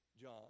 John